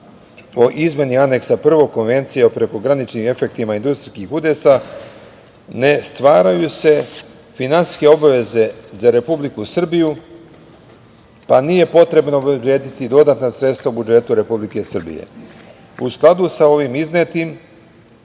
o izmeni Aneksa 1 Konvencije o prekograničnim efektima industrijskih udesa ne stvaraju se finansijske obaveze za Republiku Srbiju, pa nije potrebno obezbediti dodatna sredstva u budžetu Republike Srbije.U skladu sa ovim iznetim,